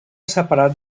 separat